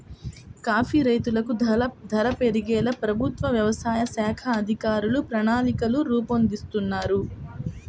coffee రైతులకు ధర పెరిగేలా ప్రభుత్వ వ్యవసాయ శాఖ అధికారులు ప్రణాళికలు రూపొందిస్తున్నారు